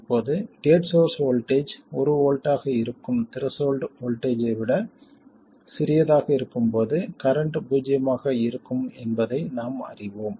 இப்போது gate source voltage ஒரு volt ஆக இருக்கும் த்ரெஷோல்ட் வோல்ட்டேஜ் ஐ விட சிறியதாக இருக்கும்போது கரண்ட் பூஜ்ஜியமாக இருக்கும் என்பதை நாம் அறிவோம்